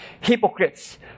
hypocrites